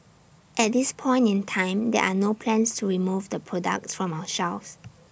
at this point in time there are no plans to remove the products from our shelves